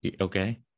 okay